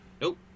Nope